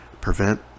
prevent